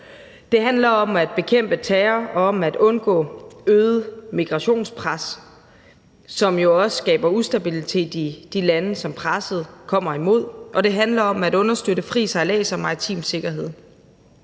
Det handler om at bekæmpe terror og om at undgå et øget migrationspres, som jo også skaber ustabilitet i de lande, som presset kommer imod, og det handler om at understøtte fri sejlads og maritim sikkerhed.